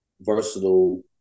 versatile